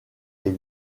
les